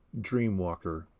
Dreamwalker